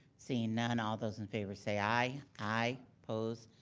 seeing none, all those in favor say aye. aye. opposed?